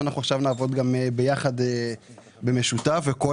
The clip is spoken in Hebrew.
ואנחנו עכשיו נעבוד גם ביחד במשותף וכל